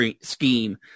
scheme